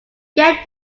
get